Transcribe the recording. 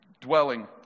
Dwelling